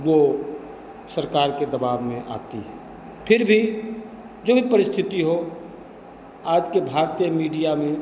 वह सरकार के दबाव में आती है फ़िर भी जो भी परिस्थिति हो आज के भागते मीडिया में